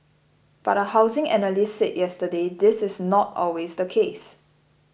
but a housing analyst said yesterday this is not always the case